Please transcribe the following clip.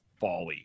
folly